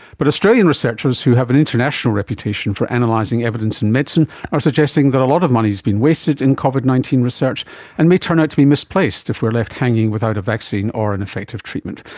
but australian researchers who have an international reputation for analysing evidence in medicine are suggesting that a lot of money is being wasted in covid nineteen research and may turn out to be misplaced if we are left hanging without a vaccine or an effective treatment.